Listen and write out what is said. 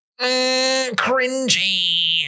Cringy